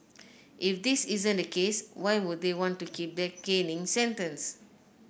if this isn't the case why would they want to keep their caning sentence